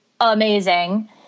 amazing